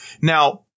Now